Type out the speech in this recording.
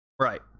Right